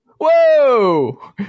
Whoa